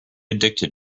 addicted